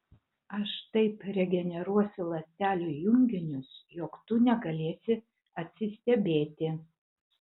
aš taip regeneruosiu ląstelių junginius jog tu negalėsi atsistebėti